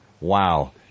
Wow